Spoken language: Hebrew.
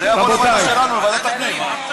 זה יבוא לוועדה שלנו, לוועדת הפנים.